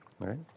right